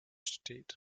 steht